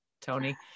Tony